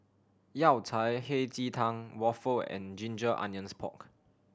Yao Cai Hei Ji Tang waffle and ginger onions pork